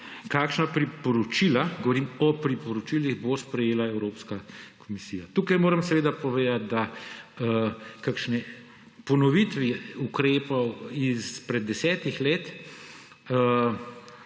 kakšna priporočila, govorim o priporočilih, bo jih sprejela Evropska komisija. Tukaj moram seveda povedati, da kakšne ponovitve ukrepov izpred desetih let